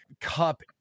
cup